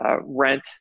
rent